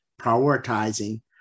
prioritizing